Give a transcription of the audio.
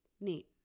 Neat